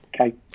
Okay